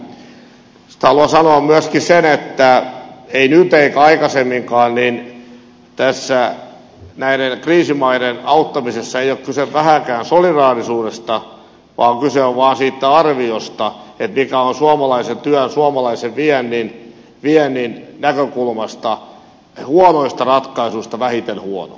sitten haluan sanoa myöskin sen että ei nyt ole eikä aikaisemminkaan ole ollut näiden kriisimaiden auttamisessa kyse vähääkään solidaarisuudesta vaan kyse on vaan siitä arviosta mikä on suomalaisen työn suomalaisen viennin näkökulmasta huonoista ratkaisuista vähiten huono